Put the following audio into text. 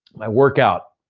my workout